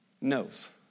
knows